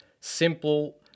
simple